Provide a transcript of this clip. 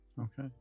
Okay